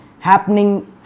happening